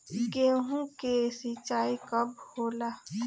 गेहूं के सिंचाई कब होला?